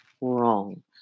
wrong